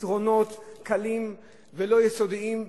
פתרונות קלים ולא יסודיים,